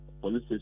police